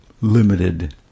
limited